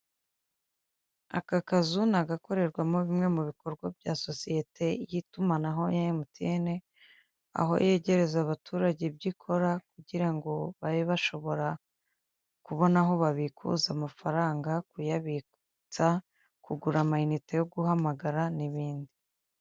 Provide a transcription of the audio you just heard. Aka kazu ni agakorerwamo bimwe mu bikorwa bya sosiyete y'itumanaho emutiyene, aho yegereza abaturage ibyo ikora kugira ngo babe bashobora kubona aho babikuza amafaranga, kuyabitsa, kugura amiyinite yo guhamagara n'ibindi.